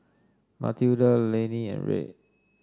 Matilda Lanie and Red